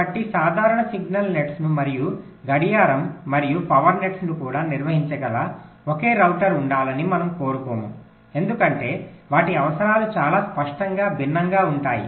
కాబట్టి సాధారణ సిగ్నల్ నెట్లను మరియు గడియారం మరియు పవర్ నెట్లను కూడా నిర్వహించగల ఒకే రౌటర్ ఉండాలని మనము కోరుకోము ఎందుకంటే వాటి అవసరాలు చాలా స్పష్టంగా భిన్నంగా ఉంటాయి